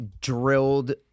drilled